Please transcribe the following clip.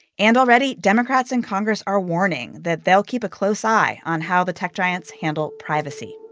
and already, democrats in congress are warning that they'll keep a close eye on how the tech giants handle privacy